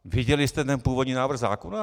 Viděli jste ten původní návrh zákona?